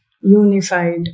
unified